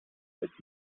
with